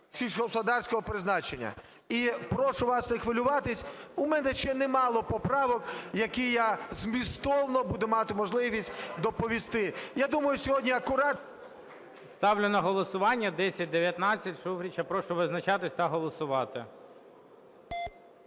сільськогосподарського призначення". І прошу вас не хвилюватись у мене ще не мало поправок, які я змістовно буде мати можливість доповісти. Я думаю, сьогодні акурат… ГОЛОВУЮЧИЙ. Ставлю на голосування 1019 Шуфрича. Прошу визначатись та голосувати.